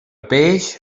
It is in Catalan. peix